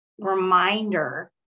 reminder